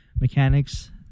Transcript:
mechanics